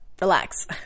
Relax